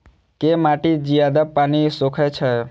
केँ माटि जियादा पानि सोखय छै?